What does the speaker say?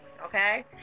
okay